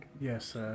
Yes